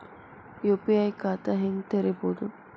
UPI ಖಾತಾ ಹೆಂಗ್ ತೆರೇಬೋದು?